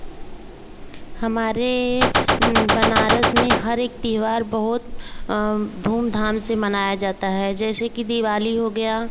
हमारे बनारस में हर एक त्योहार बहुत धूम धाम से मनाया जाता है जैसे कि दिवाली हो गया